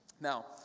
Now